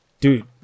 Dude